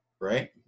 Right